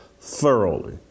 thoroughly